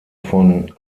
von